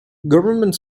government